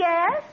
Yes